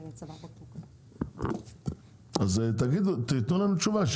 אז תתנו לנו תשובה,